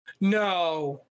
No